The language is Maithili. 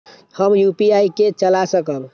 हम यू.पी.आई के चला सकब?